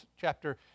chapter